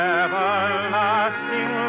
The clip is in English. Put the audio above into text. everlasting